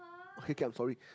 okay K I'm sorry